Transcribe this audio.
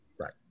Right